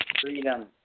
Freedom